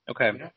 Okay